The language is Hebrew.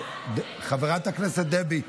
חברת הכנסת דבי.